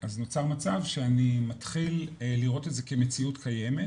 אז נוצר מצב שאני מתחיל לראות את זה כמציאות קיימת